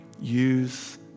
use